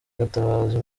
gatabazi